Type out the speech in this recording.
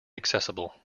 accessible